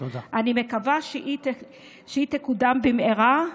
אני מקווה שהיא תקודם במהרה,